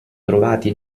trovati